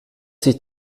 sich